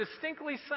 distinctly